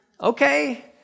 Okay